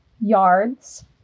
yards